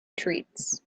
treats